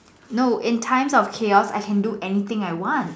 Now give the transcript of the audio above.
no in time's of chaos I can do anything I want